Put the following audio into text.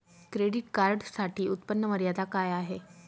Credit कार्डसाठी उत्त्पन्न मर्यादा काय आहे?